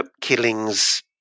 killings